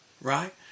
Right